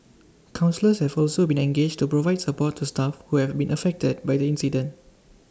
counsellors have also been engaged to provide support to staff who have been affected by the incident